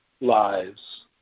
lives